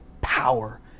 power